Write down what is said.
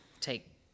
take